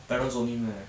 parents only meh